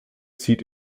zieht